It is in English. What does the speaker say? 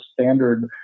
standard